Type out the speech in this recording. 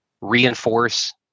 reinforce